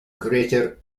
greater